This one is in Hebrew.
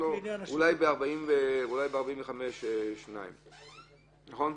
אולי בסעיף 45(2). נכון?